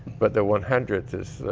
but the one hundredth is,